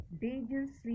dangerously